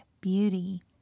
beauty